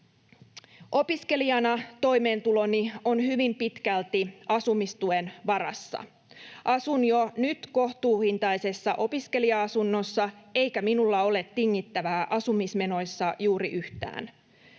”Opiskelijana toimeentuloni on hyvin pitkälti asumistuen varassa. Asun jo nyt kohtuuhintaisessa opiskelija-asunnossa, eikä minulla ole tingittävää asumismenoissa juuri yhtään.